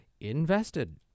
invested